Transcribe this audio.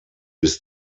bis